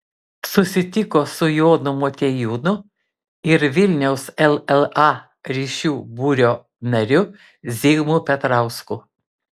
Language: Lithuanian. susitiko su jonu motiejūnu ir vilniaus lla ryšių būrio nariu zigmu petrausku